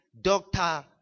doctor